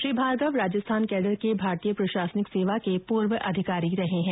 Shri Bhargava Rajasthan cadre के भारतीय प्रशासनिक सेवा के पूर्व अधिकारी रहे है